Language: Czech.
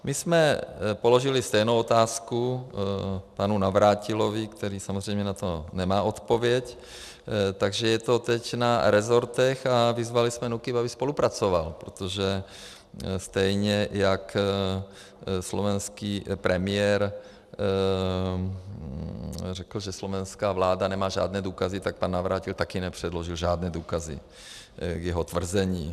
My jsme položili stejnou otázku panu Navrátilovi, který samozřejmě na to nemá odpověď, takže je to teď na rezortech, a vyzvali jsme NÚKIB, aby spolupracoval, protože stejně jak slovenský premiér řekl, že slovenská vláda nemá žádné důkazy, tak pan Navrátil také nepředložil žádné důkazy k jeho tvrzení.